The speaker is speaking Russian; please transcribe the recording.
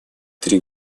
три